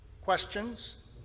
questions